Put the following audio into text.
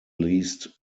least